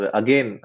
again